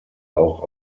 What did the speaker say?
auch